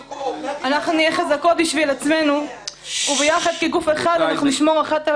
"אנחנו נהיה חזקות בשביל עצמנו וביחד כגוף אחד אנחנו נשמור אחת על